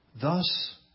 Thus